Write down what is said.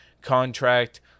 Contract